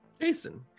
jason